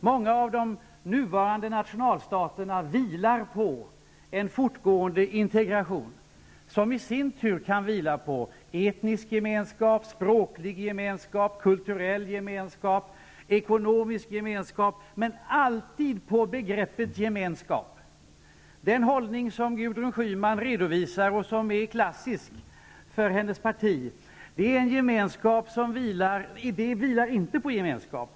Många av de nuvarande nationalstaterna vilar på en fortgående integration, som i sin tur kan vila på etnisk gemenskap, språklig gemenskap, kulturell gemenskap och ekonomisk gemenskap -- men alltid på begreppet gemenskap. Den hållning som Gudrun Schyman redovisar, som är klassisk för hennes parti, vilar inte på gemenskap.